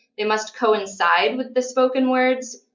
they must coincide with the spoken words.